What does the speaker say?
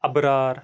ابرار